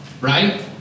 Right